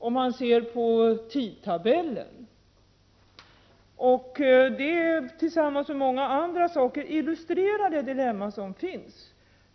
Detta tillsammans med många andra saker illustrerar det dilemma som finns.